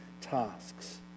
tasks